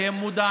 כי הם מודעים